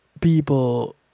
people